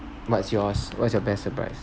what's yours what's your best surprise